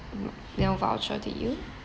m~ meal voucher to you